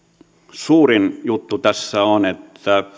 suurin juttu tässä on että